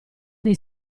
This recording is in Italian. dei